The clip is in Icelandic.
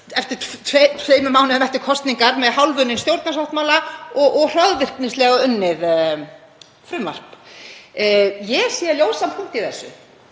aftur tveimur mánuðum eftir kosningar með hálfunninn stjórnarsáttmála og hroðvirknislega unnið frumvarp. Ég sé ljósan punkt í þessu: